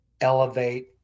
elevate